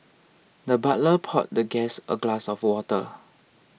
the butler poured the guest a glass of water